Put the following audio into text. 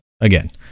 again